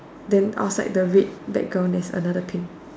then outside the red background there's another pink